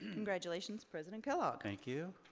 congratulations, president kellogg. thank you.